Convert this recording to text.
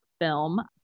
film